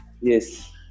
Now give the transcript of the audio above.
Yes